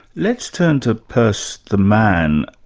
let's turn to peirce the man.